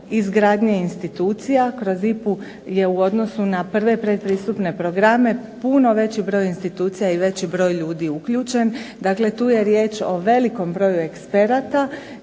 izgradnje institucija. Kroz IPA-u je u odnosu na prve pretpristupne programe puno veći broj institucija i veći broj ljudi uključen. Dakle, tu je riječ o velikom broj eksperata